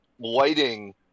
lighting